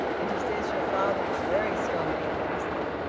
and he says your father is very strongly against them.